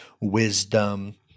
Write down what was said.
wisdom